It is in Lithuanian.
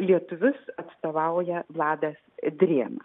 lietuvius atstovauja vladas drėma